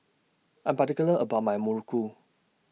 I Am particular about My Muruku